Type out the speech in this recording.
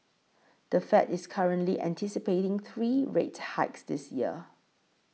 the Fed is currently anticipating three rate hikes this year